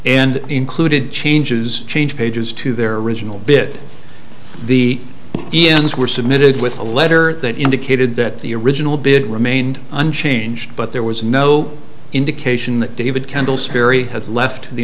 and included changes change pages to their original bid the dns were submitted with a letter that indicated that the original bid remained unchanged but there was no indication that david kendall sperry had left the